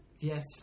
Yes